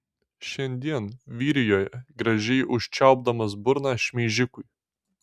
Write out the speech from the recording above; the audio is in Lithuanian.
šiandien vyrijoje gražiai užčiaupdamas burną šmeižikui